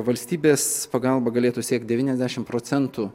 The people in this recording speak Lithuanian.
valstybės pagalba galėtų siekt devyniasdešimt procentų